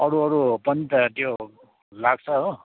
अरू अरू पनि त त्यो लाग्छ हो